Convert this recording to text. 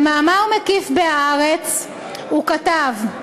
במאמר מקיף ב"הארץ" הוא כתב: